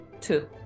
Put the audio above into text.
Two